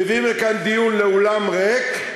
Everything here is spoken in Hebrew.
מביאים לכאן דיון לאולם ריק,